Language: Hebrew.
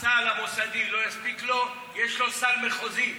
הסל המוסדי לא יספיק, יש לו סל מחוזי.